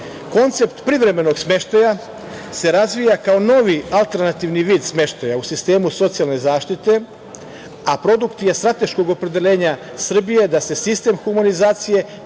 privremenog smeštaja se razvija kao novi alterantivni vid smeštaja u sistemu socijalne zaštite, a produkt je strateškog opredeljenja Srbije da se sistem humanizacije